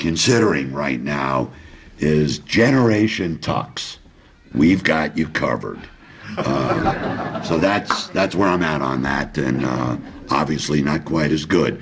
considering right now is generation talks we've got you covered so that's that's where i'm at on that and not obviously not quite as good